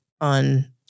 on